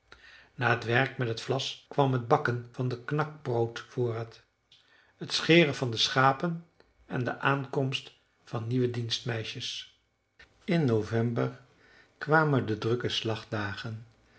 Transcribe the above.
na t werk met het vlas kwam het bakken van de knakbroodvoorraad het scheren van de schapen en de aankomst van nieuwe dienstmeisjes in november kwamen de drukke